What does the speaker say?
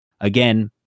again